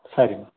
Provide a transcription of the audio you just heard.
ಸರಿ ಮ್ಯಾಮ್